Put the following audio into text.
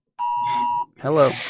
Hello